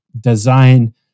design